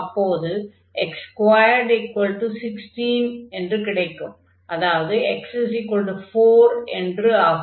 அப்போது x216 கிடைக்கும் அதாவது x4 என்று ஆகும்